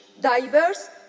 diverse